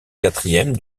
quatrième